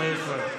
לא יקרה לך כלום.